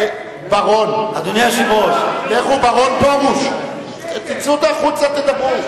בר-און, פרוש, תצאו החוצה ותדברו.